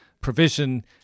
provision